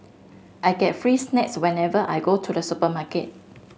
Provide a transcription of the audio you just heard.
I get free snacks whenever I go to the supermarket